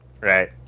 Right